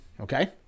okay